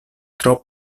tro